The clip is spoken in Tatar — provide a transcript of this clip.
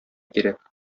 кирәк